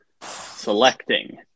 selecting